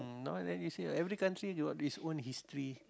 now then you see ah every country got his own history